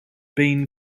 been